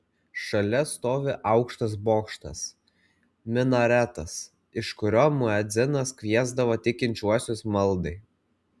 šalia stovi aukštas bokštas minaretas iš kurio muedzinas kviesdavo tikinčiuosius maldai